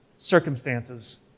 circumstances